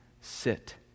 sit